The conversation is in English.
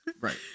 Right